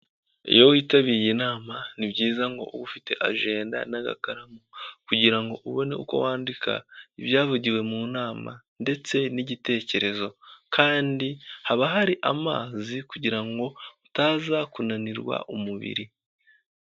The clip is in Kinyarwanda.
Iyo witabiye inama nibyiza ngo ube ufite ajenda n'agakaramu kugira ngo ubone uko wandika ibyavugiwe mu nama ndetse n'igitekerezo kandi haba hari amazi kugira ngo utaza kunanirwa umubiri.